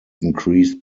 increased